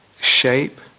shape